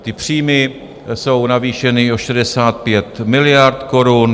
Ty příjmy jsou navýšeny o 65 miliard korun.